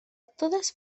todas